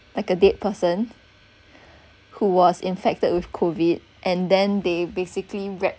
like a dead person who was infected with COVID and then they basically wrap